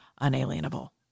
unalienable